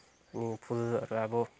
अनि फुलहरू अब